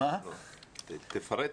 תפרט.